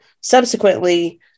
subsequently